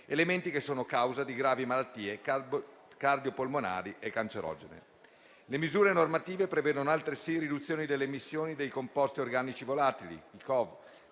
elementi che sono causa di gravi malattie cardiopolmonari e cancerogene. Le misure normative prevedono altresì riduzioni delle emissioni dei composti organici volatili (COV),